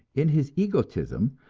in his egotism,